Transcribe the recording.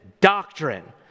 doctrine